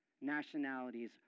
nationalities